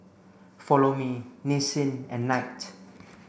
Follow Me Nissin and Knight